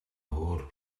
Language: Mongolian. өөр